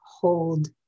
hold